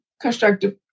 constructive